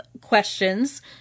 questions